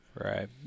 Right